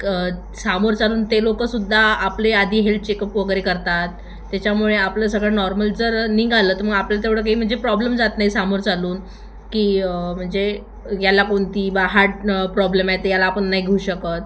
क समोर चालून ते लोक सुद्धा आपले आधी हेल्थ चेकअप वगैरे करतात त्याच्यामुळे आपलं सगळं नॉर्मल जर निघालं तर मग आपल्याला तेवढं काही म्हणजे प्रॉब्लेम जात नाही समोर चालून की म्हणजे याला कोणती बा हार्ट प्रॉब्लेम आहे तर याला आपण नाही घेऊ शकत